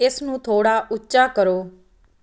ਇਸ ਨੂੰ ਥੋੜ੍ਹਾ ਉੱਚਾ ਕਰੋ